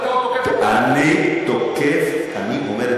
ואתה עוד תוקף אותי?